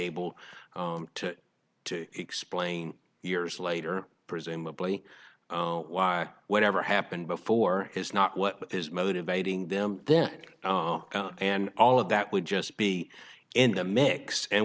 able to explain years later presumably why whatever happened before is not what is motivating them then and all of that would just be in the mix and